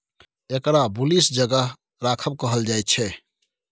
एकरा बुलिश जगह राखब कहल जायछे